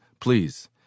Please